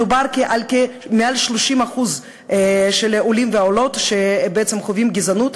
מדובר על מעל 30% מהעולים והעולות שחווים גזענות.